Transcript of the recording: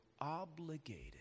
obligated